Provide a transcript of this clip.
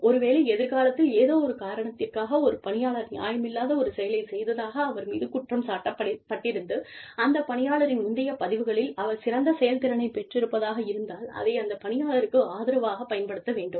ஒருவேளை எதிர்காலத்தில் ஏதோ ஒரு காரணத்திற்காக ஒரு பணியாளர் நியாயமில்லாத ஒரு செயலை செய்ததாக அவர் மீது குற்றம் சாட்டப்பட்டிருந்து அந்த பணியாளரின் முந்தைய பதிவுகளில் அவர் சிறந்த செயல்திறனை பெற்றிருப்பதாக இருந்தால் அதை அந்த பணியாளருக்கு ஆதரவாகப் பயன்படுத்த முடியும்